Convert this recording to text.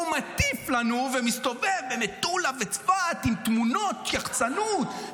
הוא מטיף לנו ומסתובב במטולה וצפת עם תמונות יח"צנות,